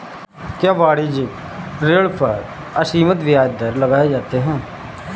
क्या वाणिज्यिक ऋण पर असीमित ब्याज दर लगाए जाते हैं?